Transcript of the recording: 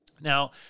Now